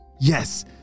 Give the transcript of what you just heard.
Yes